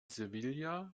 sevilla